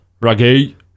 Raggy